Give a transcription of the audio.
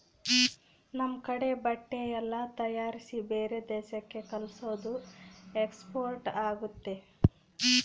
ನಮ್ ಕಡೆ ಬಟ್ಟೆ ಎಲ್ಲ ತಯಾರಿಸಿ ಬೇರೆ ದೇಶಕ್ಕೆ ಕಲ್ಸೋದು ಎಕ್ಸ್ಪೋರ್ಟ್ ಆಗುತ್ತೆ